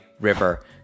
river